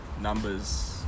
numbers